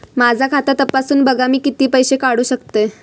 माझा खाता तपासून बघा मी किती पैशे काढू शकतय?